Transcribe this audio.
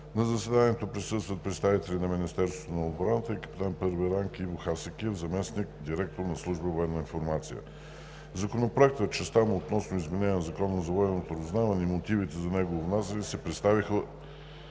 На заседанието присъстват представители на Министерството на отбраната и капитан І ранг Иво Хасекиев, заместник-директор на Служба „Военна информация“. Законопроектът в частта му относно изменение на Закона за военното разузнаване и мотивите за неговото внасяне се представиха